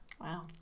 wow